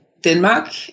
Denmark